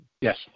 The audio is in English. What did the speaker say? Yes